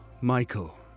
Michael